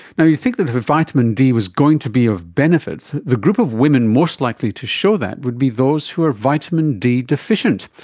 now, you'd think that if vitamin d was going to be of benefit, the group of women most likely to show that would be those who were vitamin d deficient,